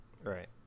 Right